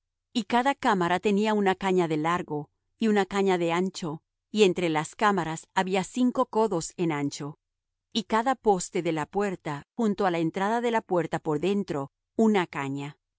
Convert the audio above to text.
y cada cámara tenía una caña de largo y una caña de ancho y entre las cámaras había cinco codos en ancho y cada poste de la puerta junto á la entrada de la puerta por dentro una caña